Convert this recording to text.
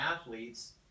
athletes